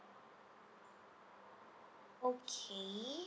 okay